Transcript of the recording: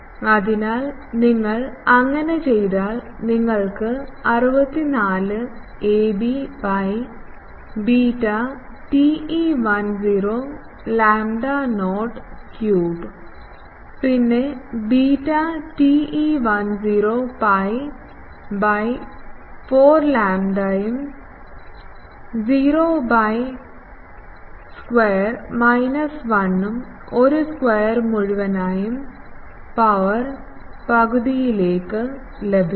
അതിനാൽ നിങ്ങൾ അങ്ങനെ ചെയ്താൽ നിങ്ങൾക്ക് 64 AB by beta TE 10 lambda 0 cube പിന്നെ ബീറ്റാTE10 പൈ by 4 ഉം ലാംഡ 0 ബൈ സ്ക്വയർ മൈനസ് 1 ഉം ഒരു സ്ക്വയർ മുഴുവനായും പവർ പകുതിയിലേക്ക് ലഭിക്കും